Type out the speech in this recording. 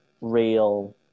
real